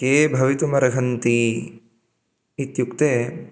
ये भवितुमर्हन्ति इत्युक्ते